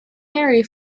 harry